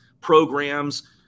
programs